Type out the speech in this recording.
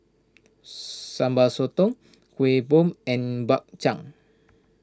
Sambal Sotong Kuih Bom and Bak Chang